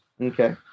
Okay